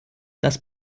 das